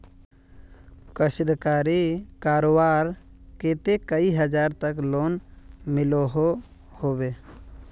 कशीदाकारी करवार केते कई हजार तक लोन मिलोहो होबे?